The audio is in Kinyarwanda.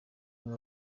umwe